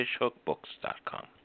fishhookbooks.com